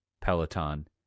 Peloton